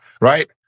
right